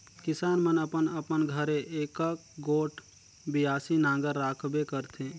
किसान मन अपन अपन घरे एकक गोट बियासी नांगर राखबे करथे